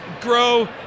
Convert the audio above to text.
grow